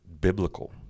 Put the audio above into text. biblical